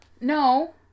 no